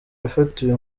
yafatiwe